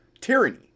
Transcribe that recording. tyranny